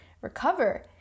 recover